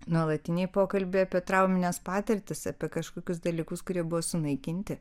nuolatiniai pokalbiai apie traumines patirtis apie kažkokius dalykus kurie buvo sunaikinti